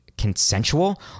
consensual